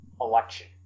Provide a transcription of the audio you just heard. election